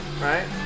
right